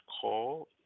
call